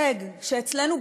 הישג שאצלנו,